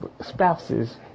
spouses